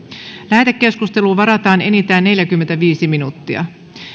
lähetekeskusteluun varataan enintään neljäkymmentäviisi minuuttia